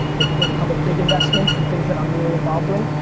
i've made a couple big investments and things that i'm really involved in.